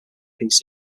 piece